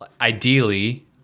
Ideally